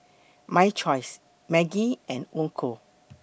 My Choice Maggi and Onkyo